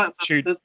shoot